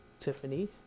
Tiffany